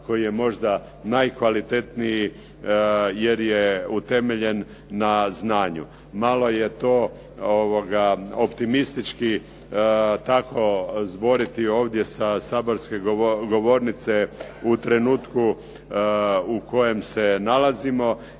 koji je možda najkvalitetniji jer je utemeljen na znanju. Malo je to optimistički tako zboriti ovdje sa saborske govornice u trenutku u kojem se nalazimo,